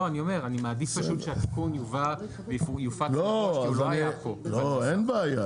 אני מעדיף שהסיכום יופץ --- לא אין בעיה.